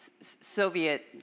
Soviet